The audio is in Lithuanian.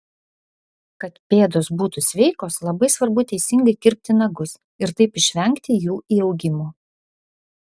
kad pėdos būtų sveikos labai svarbu teisingai kirpti nagus ir taip išvengti jų įaugimo